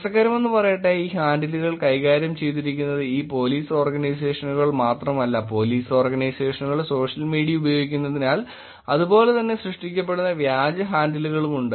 രസകരമെന്നു പറയട്ടെ ഈ ഹാൻഡിലുകൾ കൈകാര്യം ചെയ്തിരിക്കുന്നത് ഈ പോലീസ് ഓർഗനൈസേഷനുകൾ മാത്രമല്ല പോലീസ് ഓർഗനൈസേഷനുകൾ സോഷ്യൽ മീഡിയ ഉപയോഗിക്കുന്നതിനാൽ അതുപോലെ തന്നെ സൃഷ്ടിക്കപ്പെടുന്ന വ്യാജ ഹാൻഡിലുകളും ഉണ്ട്